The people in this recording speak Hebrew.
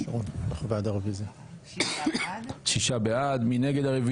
6. מי נגד?